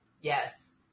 Yes